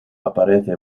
aparece